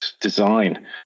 design